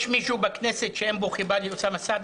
יש מישהו בכנסת שאין בו חיבה לאוסאמה סעדי?